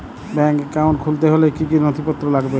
Bank account খুলতে হলে কি কি নথিপত্র লাগবে?